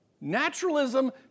Naturalism